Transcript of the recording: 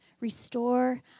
Restore